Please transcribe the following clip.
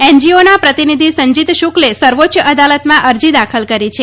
એનજીઓના પ્રતિનિધિ સંજીત શુક્લે સર્વોચ્ય અદાલતમાં અરજી દાખલ કરી છે